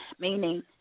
meaning